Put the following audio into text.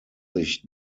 sich